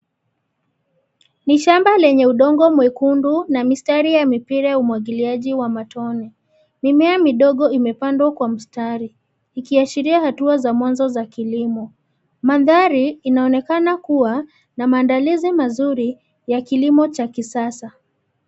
Ni shamba lenye udongo mwekundu na mistari ya mipira ya umwagiliaji wa matone, mimea midogo imepandwa kwa mistari, ikiashiria hatua za mwanzo za kilimo, mandhari, inaonekana kuwa, na maandalizi mazuri, ya kilimo cha kisasa.